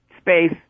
space